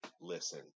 Listen